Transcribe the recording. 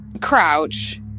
crouch